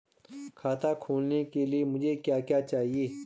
खाता खोलने के लिए मुझे क्या क्या चाहिए?